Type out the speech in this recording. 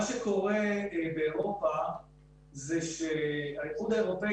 מה קורה באירופה זה שהאיחוד האירופי